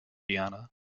guiana